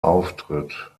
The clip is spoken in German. auftritt